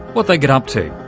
what they get up to.